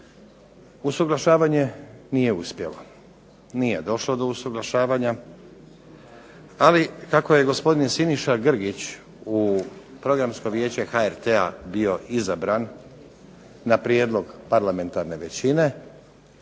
Usuglašavanje nije uspjelo, nije došlo do usuglašavanja, ali kako je gospodin Siniša Grgić u Programsko vijeće HRT-a bio izabran na prijedlog parlamentarne većine